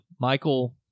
Michael